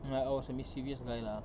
mm I was a mischievous guy lah